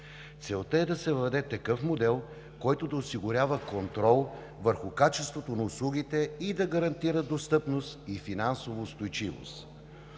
Целта е да се въведе такъв модел, който да осигурява контрол върху качеството на услугите, да гарантира достъпност и финансова устойчивост.